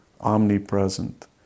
omnipresent